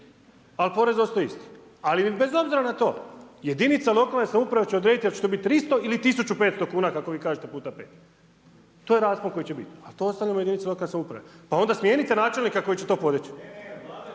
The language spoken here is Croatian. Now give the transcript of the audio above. a porez je ostao isti. Ali i bez obzira na to, jedinica lokalne samouprave će odrediti hoće li to biti 300 ili 1500 kuna kako vi kažete puta 5. To je raspon koji će biti. Ali to ostavljamo jedinicama lokalne samouprave. Pa onda smijenite načelnika koji će to podići.